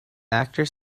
actors